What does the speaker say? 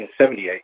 1978